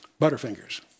Butterfingers